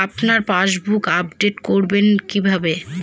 আপনার passbook update করবেন কিভাবে?